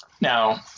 Now